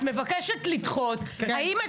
את מבקשת לדחות --- כן,